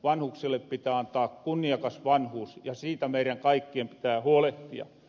vanhuksille pitää antaa kunniakas vanhuus ja siitä meirän kaikkien pitää huolehtia